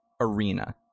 Arena